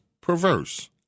perverse